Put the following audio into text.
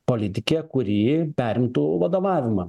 politikė kuri perimtų vadovavimą